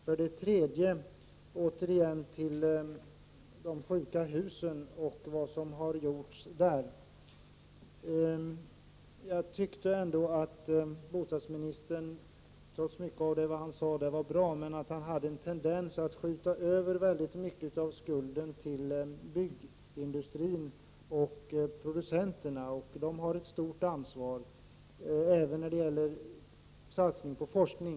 För det tredje vill jag återkomma till detta med de sjuka husen och till åtgärderna i det avseendet. Jag tycker att bostadsminis tern, trots att mycket av det han sade var bra, ändå hade en tendens att skjuta över väldigt mycket av skulden på byggindustrin och producenterna. Dessa har ett stort ansvar även när det gäller satsningen på forskning.